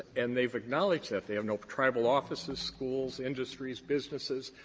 and they've acknowledged that. they have no tribal offices, schools, industries, businesses.